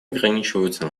ограничиваются